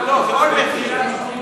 לא, זה אולמרט אשם.